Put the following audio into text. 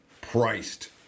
priced